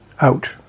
out